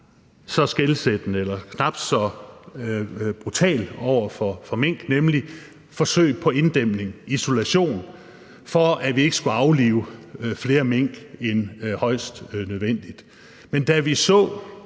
så skelsættende eller knap så brutal for minkene, nemlig forsøg på inddæmning og isolation, for at vi ikke skulle aflive flere mink end højst nødvendigt. Men da vi og